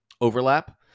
overlap